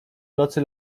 nocy